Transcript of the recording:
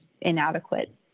inadequate